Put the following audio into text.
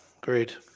Great